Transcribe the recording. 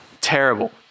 terrible